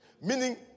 meaning